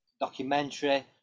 documentary